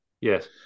yes